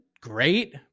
great